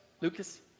Lucas